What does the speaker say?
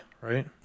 right